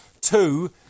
Two